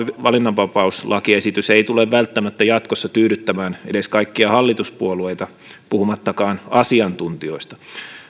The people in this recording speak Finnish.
valinnanvapauslakiesitys ei tule välttämättä jatkossa tyydyttämään edes kaikkia hallituspuolueita puhumattakaan asiantuntijoista